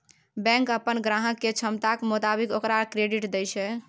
bank अप्पन ग्राहक केर क्षमताक मोताबिक ओकरा क्रेडिट दय छै